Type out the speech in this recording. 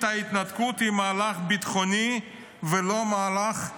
ההתנתקות היא מהלך ביטחוני ולא מהלך מדיני".